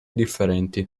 differenti